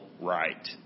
right